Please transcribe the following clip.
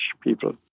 people